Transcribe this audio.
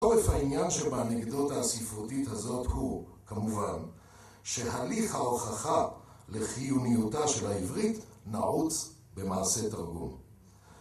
העניין שבאנקדוטה הספרותית הזאת הוא, כמובן, שהליך ההוכחה לחיוניותה של העברית נעוץ במעשה תרגום.